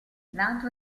nato